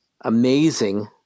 amazing